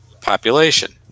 population